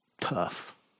tough